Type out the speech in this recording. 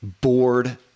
bored